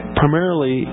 primarily